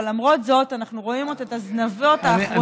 אבל למרות זאת אנחנו רואים עוד את הזנבות האחרונים,